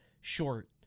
short